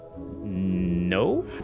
No